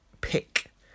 pick